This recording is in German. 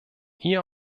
hier